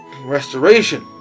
restoration